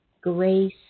grace